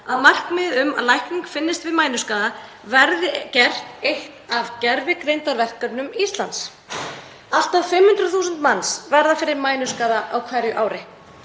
að markmiðið um að lækning finnist við mænuskaða verði gert eitt af gervigreindarverkefnum Íslands. Allt að 500.000 manns verða fyrir mænuskaða á hverju ári.